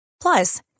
Plus